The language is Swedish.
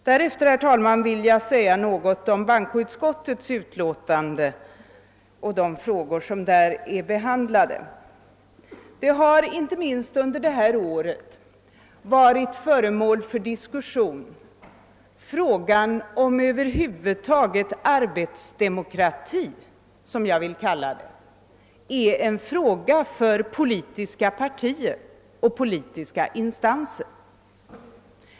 Härefter, herr talman, skulle jag vilja säga något om bankoutskottets utlåtande och de frågor som behandlas där. Inte minst i år har man diskuterat frågan om arbetsdemokrati, som jag vill kalla det, är en fråga för politiska partier och politiska instanser.